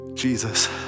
Jesus